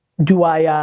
do i.